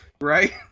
Right